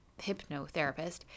hypnotherapist